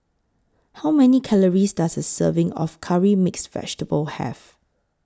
How Many Calories Does A Serving of Curry Mixed Vegetable Have